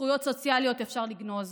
זכויות סוציאליות אפשר לגנוז,